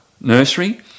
Nursery